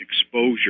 exposure